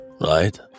Right